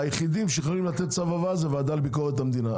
היחידים שיכולים לתת צו הבאה זה הוועדה לביקורת המדינה.